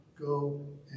go